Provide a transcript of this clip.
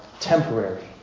temporary